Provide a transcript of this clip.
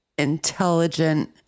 Intelligent